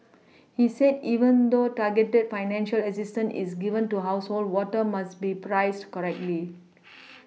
he said even though targeted financial assistance is given to household water must be priced correctly